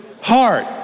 heart